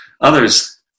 Others